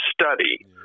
study